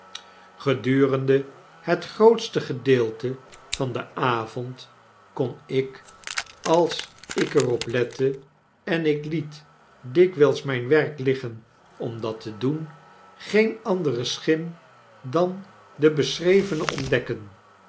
gedurende het grootste gedeelte van den avond kon ik als ik er op lette en ik liet dikwijls mijn werk liggen om dat te doen geen andere schim dan de beschrevene ontdekken